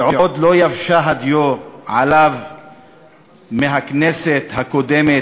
שעוד לא יבשה הדיו מעליו מהכנסת הקודמת,